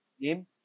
Game